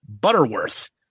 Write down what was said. Butterworth